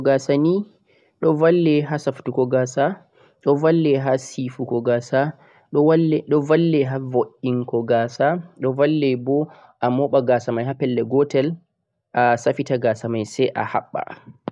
comb jeh safutugo gasa ni do valle ha safutugo gasa do valle ha siifugo gasa do valle ha vu'ingo gasa do valle bo a moba gasa mai ha pellel gotel a safita gasa mai sai a habba